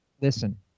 listen